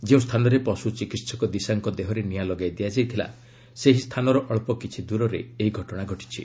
ଯେଉଁ ସ୍ଥାନରେ ପଶୁ ଚିକିତ୍ସକ ଦିଶାଙ୍କ ଦେହରେ ନିଆଁ ଲଗାଇ ଦିଆଯାଇଥିଲା ସେହି ସ୍ଥାନର ଅକ୍ଷ କିଛି ଦୂରରେ ଏହି ଘଟଣା ଘଟିଛି